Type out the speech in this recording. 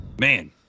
man